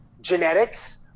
genetics